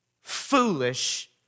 foolish